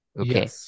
Okay